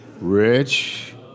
Rich